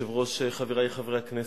אדוני היושב-ראש, חברי חברי הכנסת,